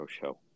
Show